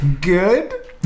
Good